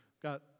got